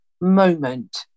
moment